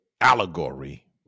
allegory